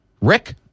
Rick